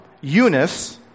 Eunice